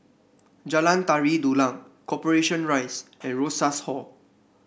Jalan Tari Dulang Corporation Rise and Rosas Hall